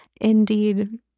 Indeed